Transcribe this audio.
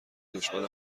دشمن